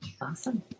Awesome